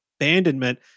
abandonment